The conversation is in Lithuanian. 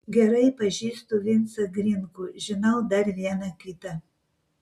gerai pažįstu vincą grinkų žinau dar vieną kitą